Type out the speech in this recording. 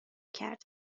کرد